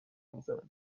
میزنند